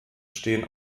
stehen